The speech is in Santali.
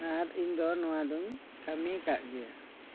ᱟᱨ ᱤᱧ ᱫᱚ ᱱᱚᱣᱟ ᱫᱩᱧ ᱠᱟᱹᱢᱤ ᱠᱟᱜ ᱜᱮᱭᱟ